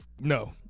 No